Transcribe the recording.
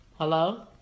Hello